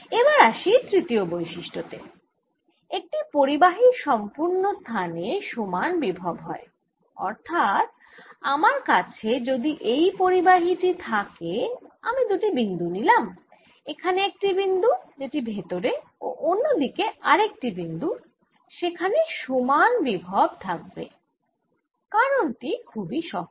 এবার আসি তৃতীয় বৈশিষ্ট্য তে একটি পরিবাহীর সম্পূর্ণ স্থানে সমান বিভব হয় অর্থাৎ আমার কাছে যদি এই পরিবাহী টি থাকে আমি দুটি বিন্দু নিলাম এখানে একটি বিন্দু যেটি ভেতরে ও অন্য দিকে আরেকটি বিন্দু সেখানে সমান বিভব থাকবে কারণ টি খুবই সহজ